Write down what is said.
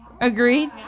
Agreed